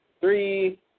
three